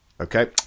Okay